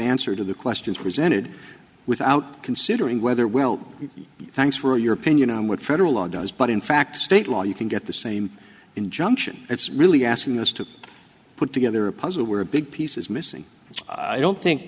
answer to the questions presented without considering whether well thanks for your opinion on what federal law does but in fact state law you can get the same injunction it's really asking us to put together a puzzle where a big pieces missing i don't think